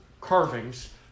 carvings